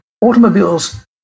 automobiles